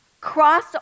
cross